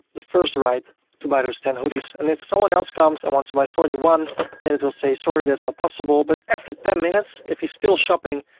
the first right to buy those ten hoodies. and if someone else comes and wants to buy forty one then it will say sorry, that's not ah possible. but after ten minutes, if he's still shopping,